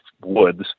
woods